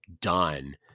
done